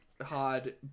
hard